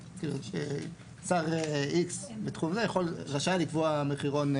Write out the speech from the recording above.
ששר x בתחום כלשהו יהיה רשאי לקבוע מחירון.